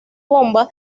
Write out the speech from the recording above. bomba